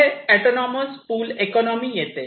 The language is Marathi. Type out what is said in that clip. पुढे ऑटोनॉमस पुल इकॉनोमी येते